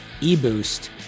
eBoost